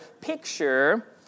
picture